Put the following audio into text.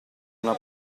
una